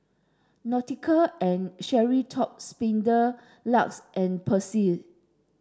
Nautica and Sperry Top Sider LUX and Persil